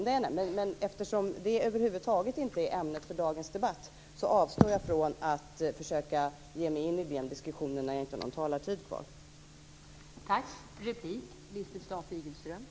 Men eftersom det över huvud taget inte är ämnet för dagens debatt avstår jag från att ge mig in i den diskussionen eftersom jag inte har någon talartid kvar.